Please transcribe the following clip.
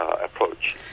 approach